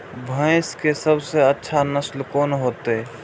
भैंस के सबसे अच्छा नस्ल कोन होते?